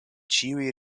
ĉiuj